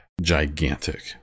gigantic